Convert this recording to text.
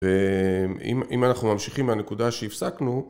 ואם אנחנו ממשיכים מהנקודה שהפסקנו